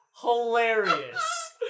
Hilarious